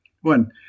One